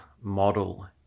model